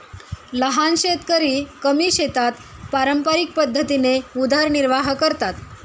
लहान शेतकरी कमी शेतात पारंपरिक पद्धतीने उदरनिर्वाह करतात